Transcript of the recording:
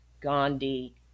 Gandhi